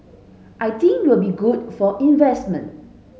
I think will be good for investment